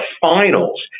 finals